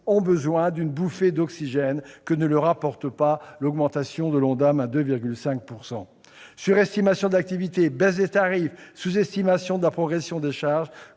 ont besoin d'une bouffée d'oxygène, que ne leur apporte pas l'augmentation de l'ONDAM à 2,5 %. Surestimation de l'activité, baisse des tarifs et sous-estimation de la progression des charges